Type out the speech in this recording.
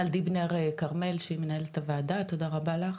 מיכל דיבנר כרמל שהיא מנהלת הוועדה, תודה רבה לך,